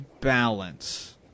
balance